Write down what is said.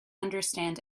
understand